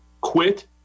quit